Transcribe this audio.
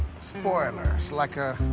spoiler. it's like a.